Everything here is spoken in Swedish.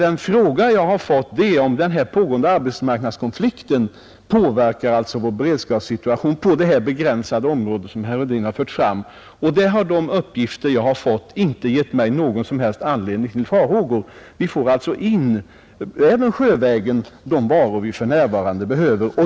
Den fråga jag har fått är huruvida den pågående arbetsmarknadskonflikten påverkar vår beredskapssituation på det begränsade område som herr Hedin berört. De uppgifter jag fått har inte gett någon som helst anledning till farhågor. Vi får in — även sjövägen — de varor vi för närvarande behöver.